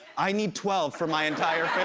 i need twelve for my entire